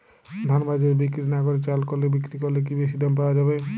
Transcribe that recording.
ধান বাজারে বিক্রি না করে চাল কলে বিক্রি করলে কি বেশী দাম পাওয়া যাবে?